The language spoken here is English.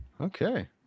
Okay